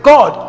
God